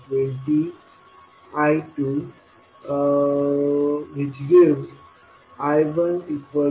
4V22I2 मिळेल